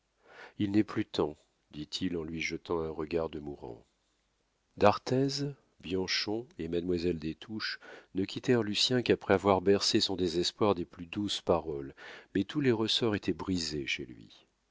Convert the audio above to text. il n'est plus temps dit-il en lui jetant un regard de mourant d'arthez bianchon et mademoiselle des touches ne quittèrent lucien qu'après avoir bercé son désespoir des plus douces paroles mais tous les ressorts étaient brisés chez lui